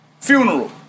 funeral